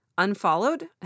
unfollowed